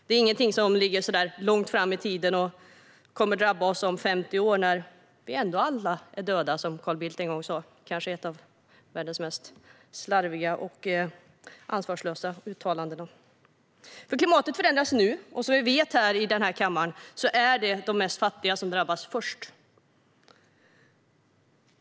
Det är inget som ligger långt fram i tiden och kommer att drabba oss om 50 år när vi alla är döda, som Carl Bildt en gång sa - kanske ett av världens slarvigaste och mest ansvarslösa uttalanden. Klimatet förändras nu, och som vi i denna kammare vet är det de fattigaste som drabbas först.